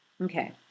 Okay